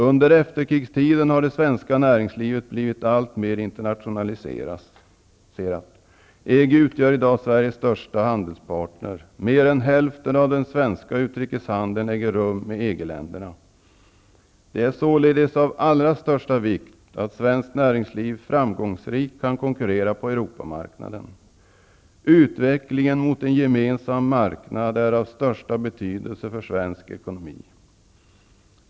Under efterkrigstiden har det svenska näringslivet blivit alltmer internationaliserat. EG utgör i dag Sveriges största handelspartner. Mer än hälften av den svenska utrikeshandeln äger rum med EG-länderna. Det är således av allra största vikt att svenskt näringsliv framgångsrikt kan konkurrera på Europamarknaden. Utvecklingen mot en gemensam marknad är av största betydelse för svensk ekonomi.